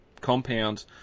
compound